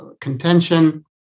contention